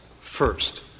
First